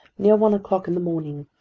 near one o'clock in the morning,